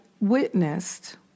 witnessed